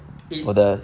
eh